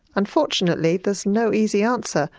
unfortunately, there's no easy answer,